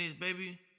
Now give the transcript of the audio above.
baby